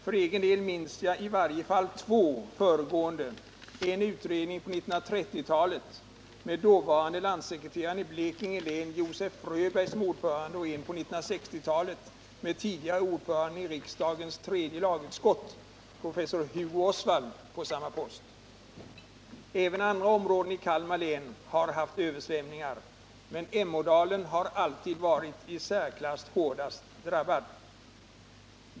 För egen del minns - jag i varje fall två föregående sådana utredningar, en från 1930-talet med dåvarande landssekreteraren i Blekinge län Josef Fröberg som ordförande och en på 1960-talet under ledning av tidigare ordföranden i riksdagens tredje lagutskott professor Hugo Osvald. Även andra områden av Kalmar län har haft översvämningar, men Emådalen har alltid varit i särklass hårdast drabbad.